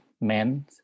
men